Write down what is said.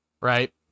right